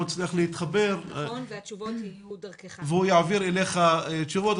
הצליח להתחבר והוא יעביר אליך תשובות.